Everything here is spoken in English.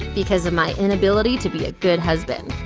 because of my inability to be a good husband.